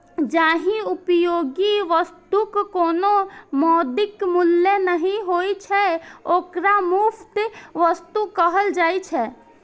जाहि उपयोगी वस्तुक कोनो मौद्रिक मूल्य नहि होइ छै, ओकरा मुफ्त वस्तु कहल जाइ छै